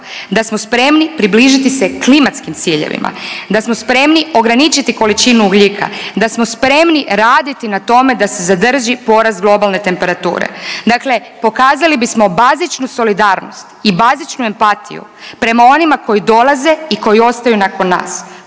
da smo spremni približiti se klimatskim ciljevima, da smo spremni ograničiti količinu ugljika, da smo spremni raditi na tome da se zadrži porast globalne temperature, dakle pokazali bismo bazičnu solidarnost i bazičnu empatiju prema onima koji dolaze i koji ostaju nakon nas,